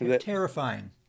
Terrifying